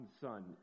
Son